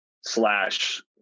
slash